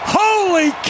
holy